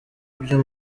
ibyo